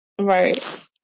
Right